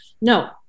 no